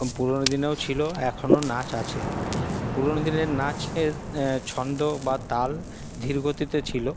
পুরনো দিনেও ছিল এখনও নাচ আছে পুরনো দিনের নাচের ছন্দ বা তাল ধীরগতিতে ছিল